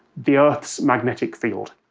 the earth's magnetic field.